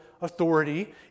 authority